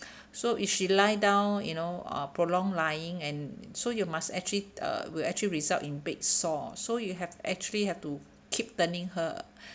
so if she lie down you know uh prolonged lying and so you must actually uh will actually result in bed sore so you have actually have to keep turning her